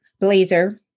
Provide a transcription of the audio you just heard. blazer